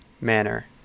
manner